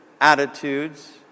attitudes